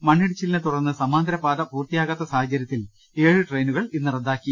മണ്ണിടിച്ചിലിനെ തുടർന്ന് സമാന്തര പാത പൂർത്തിയാകാത്ത സാഹചര്യത്തിൽ ഏഴ് ട്രെയിനുകൾ ഇന്ന് റദ്ദാക്കി